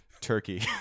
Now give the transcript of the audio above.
Turkey